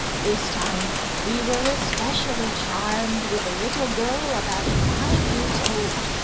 this time we were especially charmed with a little girl about five years old,